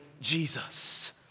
Jesus